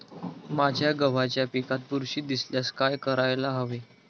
माझ्या गव्हाच्या पिकात बुरशी दिसल्यास काय करायला हवे?